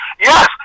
Yes